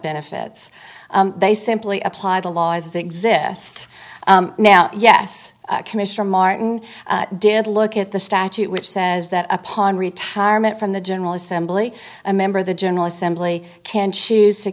benefits they simply apply the laws that exist now yes commissioner martin did look at the statute which says that upon retirement from the general assembly a member of the general assembly can choose to